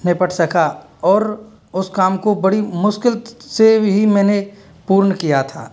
निपट सका और उस काम को बड़ी मुश्किल से ही मैंने पूर्ण किया था